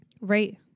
Right